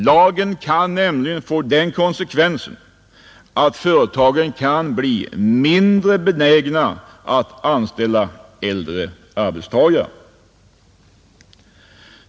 Lagen kan nämligen få den konsekvensen att företagen kan bli mindre benägna att anställa äldre arbetstagare.